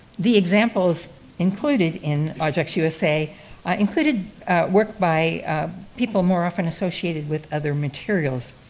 the examples included in objects usa included work by people more often associated with other materials.